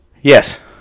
Yes